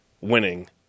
winning